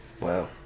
Wow